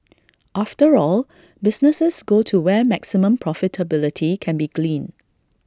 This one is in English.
after all businesses go to where maximum profitability can be gleaned